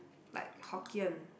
like Hokkien